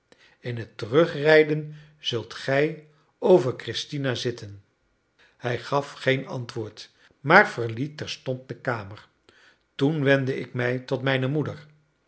in het terugrijden zult gij over christina zitten hij gaf geen antwoord maar verliet terstond de kamer toen wendde ik mij tot mijne moeder